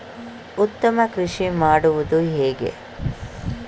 ಉತ್ತಮ ಕೃಷಿ ಮಾಡುವುದು ಹೇಗೆ?